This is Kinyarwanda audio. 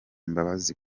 mbabazi